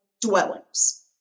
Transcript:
dwellings